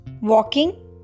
walking